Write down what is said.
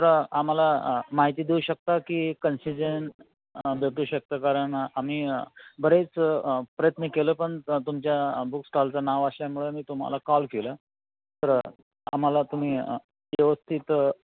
तर आम्हाला माहिती देऊ शकता की कन्सेजन भेटू शकतं कारण आम्ही बरेच प्रयत्न केलं पण तुमच्या बुक स्टॉलचं नाव असल्यामुळे मी तुम्हाला कॉल केलं तर आम्हाला तुम्ही व्यवस्थित